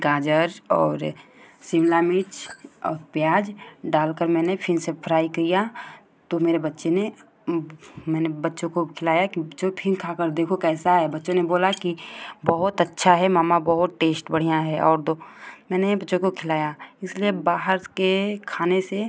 गाज़र और शिमला मिर्च और प्याज डालकर मैंने फिर से फ़्राई किया तो मेरे बच्चे ने मैंने बच्चों को खिलाया कि जो फिर खाकर देखो कैसा है बच्चों ने बोला कि बहुत अच्छा है मम्मा बहुत टेस्ट बढ़ियाँ है और दो मैंने बच्चों को खिलाया इसलिए बाहर के खाने से